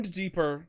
deeper